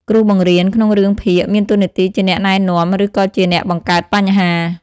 គ្រូបង្រៀន ក្នុងរឿងភាគមានតួនាទីជាអ្នកណែនាំ ឬក៏ជាអ្នកបង្កើតបញ្ហា។